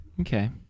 Okay